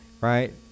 Right